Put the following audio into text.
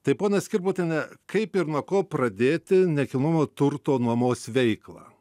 tai ponia skirbutiene kaip ir nuo ko pradėti nekilnojamo turto nuomos veiklą